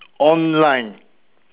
online